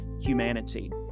humanity